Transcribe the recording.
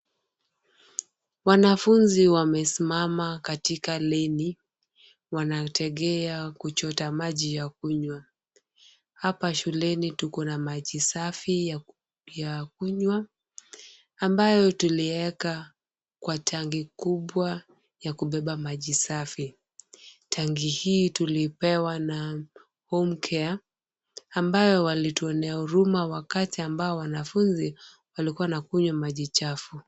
Wanafunzi wamesimama katika leni. Wanategea kuchota maji ya kunywa. Hapa shuleni tukona maji safi ya kunywa ambayo tulieka kwa tanki kubwa ya kubeba maji safi. Tanki hii tulipewa na Hopecare ambayo walituonea huruma wakati ambao wanafunzi walikiwa wanakunywa maji chafu.